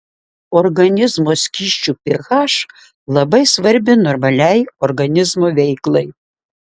organizmo skysčių ph labai svarbi normaliai organizmo veiklai